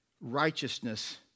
righteousness